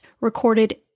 recorded